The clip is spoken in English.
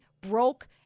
broke